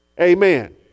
Amen